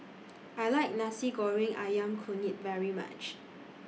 I like Nasi Goreng Ayam Kunyit very much